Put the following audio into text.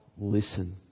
listen